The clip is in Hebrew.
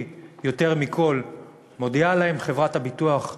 יותר מכול מודיעה להם חברת הביטוח שהופ,